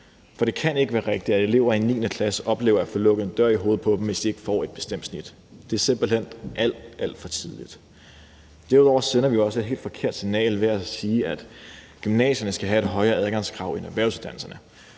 For det kan ikke være rigtigt, at elever i 9. klasse oplever at få smækket en dør i hovedet, hvis de ikke får et bestemt snit. Det er simpelt hen alt, alt for tidligt. Derudover sender vi også et helt forkert signal ved at sige, at gymnasierne skal have et højere adgangskrav end erhvervsuddannelserne,